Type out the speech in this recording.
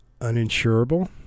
uninsurable